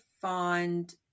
find